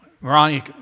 Ronnie